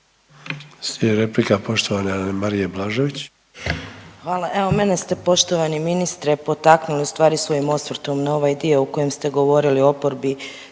Slijedi replika poštovane Anamarije Blažević. **Blažević, Anamarija (HDZ)** Evo, mene ste poštovani ministre potaknuli ustvari svojim osvrtom na ovaj dio u kojem ste govorili o oporbi,